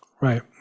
right